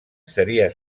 seria